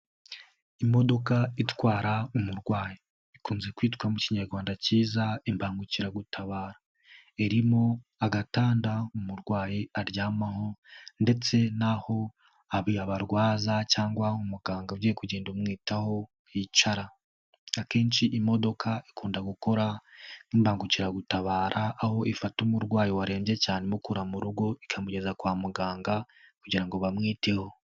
Imodoka itwara umurwayi ikunze kwitwa mu kinyarwanda kiza Imbangukiragutabara, irimo agatanda umurwayi aryamaho ndetse n'aho abarwaza cyangwa umuganga ugiye kugenda umwitaho yicara, akenshi iyi modoka ikunda gukora nk'imbangukiragutabara aho ifata umurwayi warembye cyane imukura mu rugo ikamugeza kwa muganga kugira ngo bamwiteho.